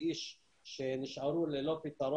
אף עולה לא יפונה.